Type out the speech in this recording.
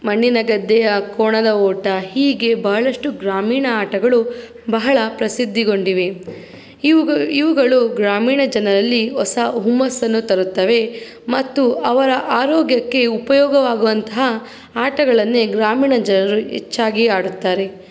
ಮಣ್ಣಿನ ಗದ್ದೆಯ ಕೋಣದ ಓಟ ಹೀಗೆ ಬಹಳಷ್ಟು ಗ್ರಾಮೀಣ ಆಟಗಳು ಬಹಳ ಪ್ರಸಿದ್ಧಿಗೊಂಡಿವೆ ಇವುಗು ಇವುಗಳು ಗ್ರಾಮೀಣ ಜನರಲ್ಲಿ ಹೊಸ ಹುಮ್ಮಸ್ಸನ್ನು ತರುತ್ತವೆ ಮತ್ತು ಅವರ ಆರೋಗ್ಯಕ್ಕೆ ಉಪಯೋಗವಾಗುವಂಥ ಆಟಗಳನ್ನೇ ಗ್ರಾಮೀಣ ಜನರು ಹೆಚ್ಚಾಗಿ ಆಡುತ್ತಾರೆ